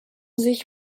sich